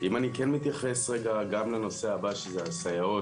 אם אני כן מתייחס רגע גם לנושא הבא שזה הסייעות